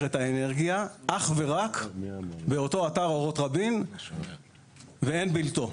את האנרגיה אך ורק באותו אתר אורות רבין ואין בלתו.